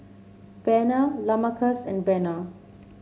Vena Lamarcus and Vena